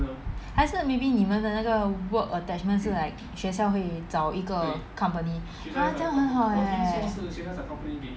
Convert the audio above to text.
还是 maybe 你们的那个 work attachment 是 like 学校会找一个 company 这样很好 leh